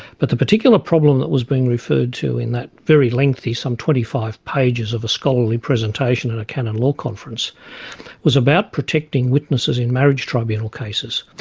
but the particular problem that was being referred to in that very lengthy some twenty-five pages of a scholarly presentation at a canon law conference was about protecting witnesses in marriage tribunal cases.